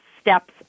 steps